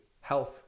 health